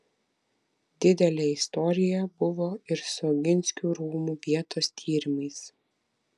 didelė istorija buvo ir su oginskių rūmų vietos tyrimais